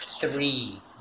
three